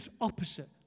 opposite